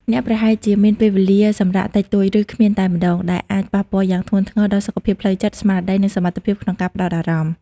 អ្នកប្រហែលជាមានពេលវេលាសម្រាកតិចតួច ឬគ្មានតែម្តង ដែលអាចប៉ះពាល់យ៉ាងធ្ងន់ធ្ងរដល់សុខភាពផ្លូវកាយ ស្មារតី និងសមត្ថភាពក្នុងការផ្តោតអារម្មណ៍។